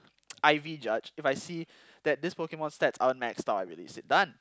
I V judge if I see that this Pokemon stats are maxed out I release it done